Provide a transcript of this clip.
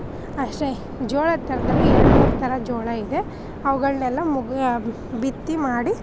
ಅಷ್ಟೆ ಜೋಳದ ಥರದಲ್ಲಿ ಎರಡು ಮೂರು ಥರ ಜೋಳ ಇದೆ ಅವುಗಳ್ನೆಲ್ಲ ಮುಗಿ ಭಿತ್ತಿ ಮಾಡಿ